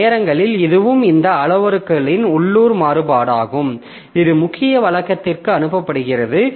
சில நேரங்களில் இதுவும் இந்த அளவுருக்களின் உள்ளூர் மாறுபாடாகும் இது முக்கிய வழக்கத்திற்கு அனுப்பப்படுகிறது